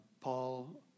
Paul